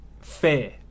fair